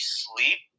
sleep